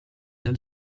del